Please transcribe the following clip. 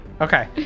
Okay